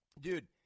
Dude